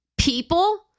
People